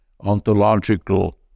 ontological